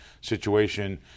situation